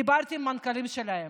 דיברתי עם המנכ"לים שלהם,